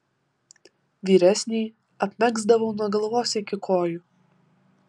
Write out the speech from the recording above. vyresnįjį apmegzdavau nuo galvos iki kojų